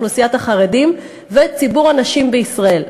אוכלוסיית החרדים וציבור הנשים בישראל.